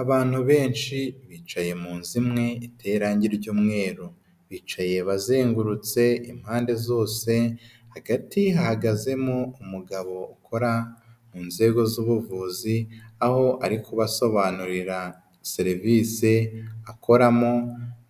Abantu benshi bicaye mu Nu imwe iteye irangi ry'umweru, bicaye bazengurutse impande zose, hagati hahagazemo umugabo ukora mu nzego z'ubuvuzi, aho ari kubasobanurira serivise akoramo